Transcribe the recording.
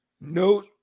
no